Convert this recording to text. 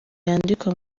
yandikwa